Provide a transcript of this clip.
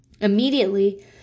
Immediately